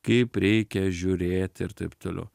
kaip reikia žiūrėti ir taip toliau